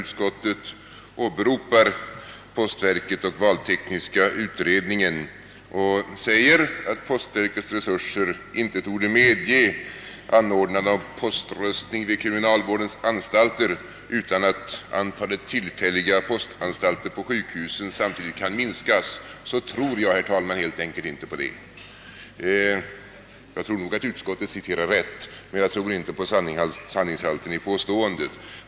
Utskottet åberopar postverket och valtekniska utredningen och säger att postverkets resurser inte torde medge anordnande av poströstning vid kriminalvårdens anstalter utan att antalet tillfälliga postanstalter på sjukhusen samtidigt minskas. Det påståendet tror jag helt enkelt inte på. Utskottet citerar nog rätt, men jag tror inte på sanningshalten i själva påståendet.